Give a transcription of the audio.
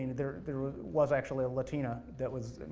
there there was was actually a latino that was,